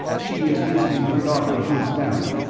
she is visiting her daughter who is married.